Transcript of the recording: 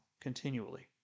continually